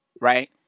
Right